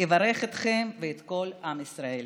אברך אתכם ואת כל עם ישראל.